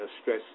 stress